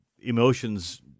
emotions